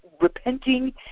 repenting